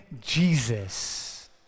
Jesus